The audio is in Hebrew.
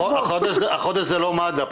החודש זה לא מד"א,